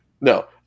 No